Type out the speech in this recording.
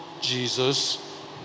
Jesus